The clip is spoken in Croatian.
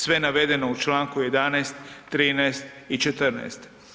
Sve navedeno u čl. 11., 13. i 14.